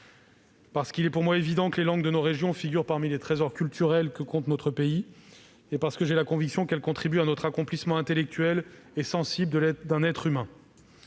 : il est pour moi évident que les langues de nos régions figurent parmi les trésors culturels que compte notre pays ; j'ai également la conviction qu'elles contribuent à l'accomplissement intellectuel et sensible d'un être humain.